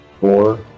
four